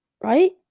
Right